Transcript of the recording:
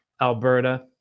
alberta